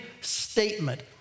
statement